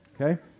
okay